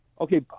Okay